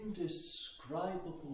indescribable